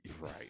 Right